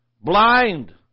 blind